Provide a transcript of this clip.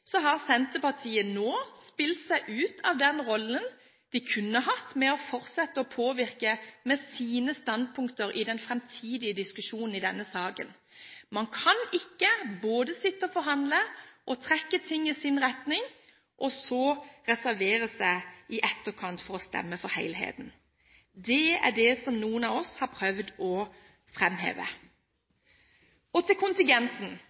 har Senterpartiet nå spilt seg ut av den rollen som de kunne ha hatt, med å fortsette å påvirke med sine standpunkter i den framtidige diskusjonen i denne saken. Man kan ikke både sitte og forhandle og trekke ting i sin retning, og så reservere seg i etterkant for å stemme for helheten. Det er det som noen av oss har prøvd å framheve. Så til kontingenten.